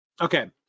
Okay